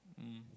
mm